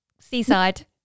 Seaside